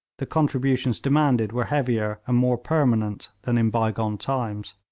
the contributions demanded were heavier and more permanent than in bygone times.